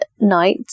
night